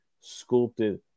sculpted